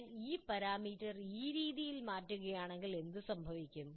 ഞാൻ ഈ പാരാമീറ്റർ ഈ രീതിയിൽ മാറ്റുകയാണെങ്കിൽ എന്ത് സംഭവിക്കും